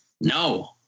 no